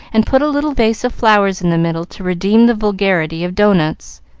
and put a little vase of flowers in the middle to redeem the vulgarity of doughnuts.